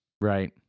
Right